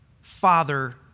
Father